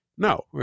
No